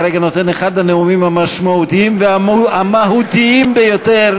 כרגע נותן את אחד הנאומים המשמעותיים והמהותיים ביותר